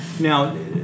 Now